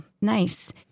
nice